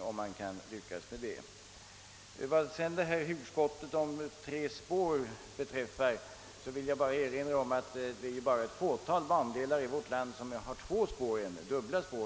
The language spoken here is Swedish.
om man lyckades härmed. Vad sedan beträffar hugskottet om ett tredje spår vill jag erinra om att det ännu bara är ett fåtal bandelar som har dubbla spår.